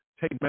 Take